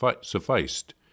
sufficed